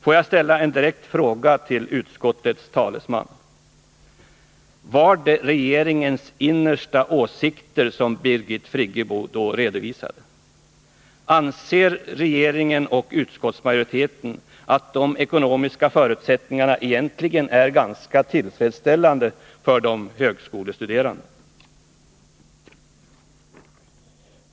Låt mig ställa en direkt fråga till utskottets talesman: Var det regeringens innersta åsikter som Birgit Friggebo då redovisade? Anser regeringen och utskottsmajoriteten att de ekonomiska förutsättningarna för våra högskolestuderande egentligen är ganska tillfredsställande?